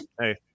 hey